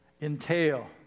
entail